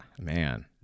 man